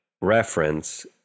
reference